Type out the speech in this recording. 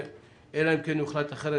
אלא אם כן יוחלט אחרת,